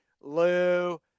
Lou